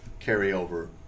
carryover